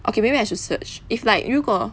okay maybe I should search if like 如果